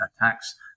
attacks